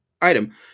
item